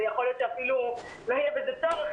ויכול להיות שאפילו לא יהיה בזה צורך,